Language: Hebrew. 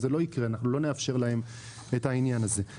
זה לא יקרה, אנחנו לא נאפשר להם את העניין הזה.